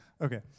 Okay